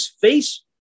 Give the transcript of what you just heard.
face